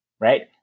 right